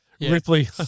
Ripley